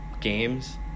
games